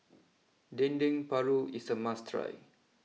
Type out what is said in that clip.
Dendeng Paru is a must try